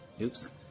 Oops